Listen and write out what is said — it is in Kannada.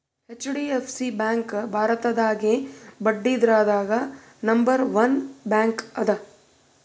ಹೆಚ್.ಡಿ.ಎಫ್.ಸಿ ಬ್ಯಾಂಕ್ ಭಾರತದಾಗೇ ಬಡ್ಡಿದ್ರದಾಗ್ ನಂಬರ್ ಒನ್ ಬ್ಯಾಂಕ್ ಅದ